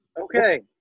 Okay